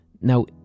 now